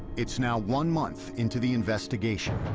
it's now one month into the investigation.